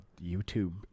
YouTube